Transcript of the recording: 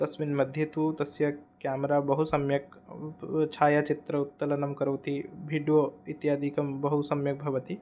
तस्मिन् मध्ये तु तस्य क्यामरा बहुसम्यक् ब् ब् छायाचित्रम् उत्तलनं करोति भिड्वो इत्यादिकं बहुसम्यक् भवति